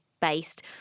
based